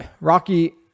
Rocky